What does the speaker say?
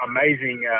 amazing